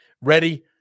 Ready